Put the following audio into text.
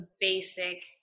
basic